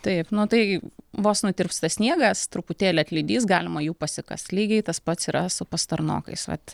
taip nu tai vos nutirpsta sniegas truputėlį atlydys galima jų pasikast lygiai tas pats yra su pastarnokais vat